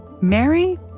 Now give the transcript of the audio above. Mary